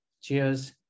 cheers